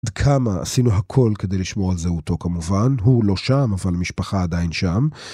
כמה עשינו הכל כדי לשמור על זהותו כמובן הוא לא שם אבל משפחה עדיין שם.